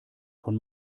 von